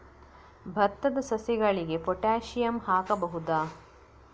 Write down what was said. ಭತ್ತದ ಸಸಿಗಳಿಗೆ ಪೊಟ್ಯಾಸಿಯಂ ಹಾಕಬಹುದಾ?